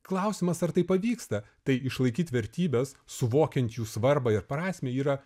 klausimas ar tai pavyksta tai išlaikyt vertybes suvokiant jų svarbą ir prasmę yra